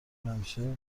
همیشه